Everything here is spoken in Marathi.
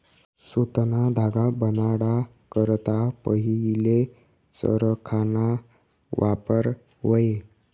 सुतना धागा बनाडा करता पहिले चरखाना वापर व्हये